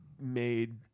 made